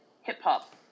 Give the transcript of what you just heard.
hip-hop